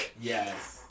Yes